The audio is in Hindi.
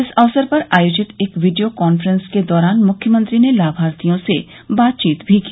इस अवसर पर आयोजित एक वीडियो कांफ्रेंस के दौरान मुख्यमंत्री ने लाभार्थियों से बातचीत भी की